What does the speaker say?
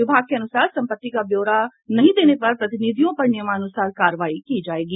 विभाग के अनुसार सम्पत्ति का ब्योरा नहीं देने पर प्रतिनिधियों पर नियमानुसार कार्रवाई की जायेगी